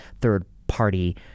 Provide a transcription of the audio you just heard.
third-party